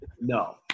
No